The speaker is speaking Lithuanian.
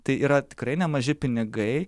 tai yra tikrai nemaži pinigai